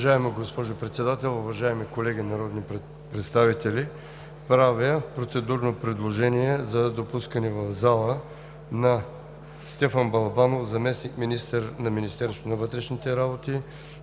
Уважаема госпожо Председател, уважаеми колеги народни представители! Правя процедурно предложение за допускане в залата на Стефан Балабанов – заместник-министър на вътрешните работи,